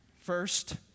First